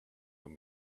when